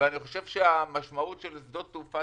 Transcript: אבל אני לא אוכל לתפוס את כל זמן